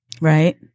right